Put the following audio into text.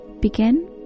Begin